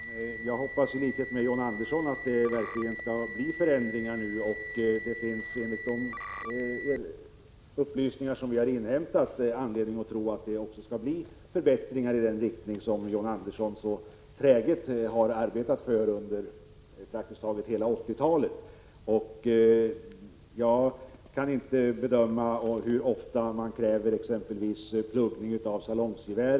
Fru talman! Jag hoppas i likhet med John Andersson att det nu verkligen skall bli förändringar. Enligt de upplysningar som vi har inhämtat finns det anledning att tro att det också skall bli förbättringar i den riktning som John Andersson så träget har arbetat för under praktiskt taget hela 1980-talet. Jag kan inte bedöma hur ofta man kräver exempelvis pluggning av salongsgevär.